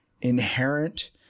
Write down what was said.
inherent